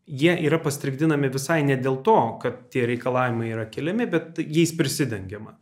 jie yra pastrigdinami visai ne dėl to kad tie reikalavimai yra keliami bet jais prisidengiama